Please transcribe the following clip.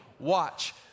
watch